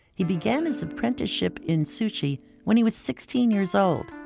he began his apprenticeship in sushi when he was sixteen years old.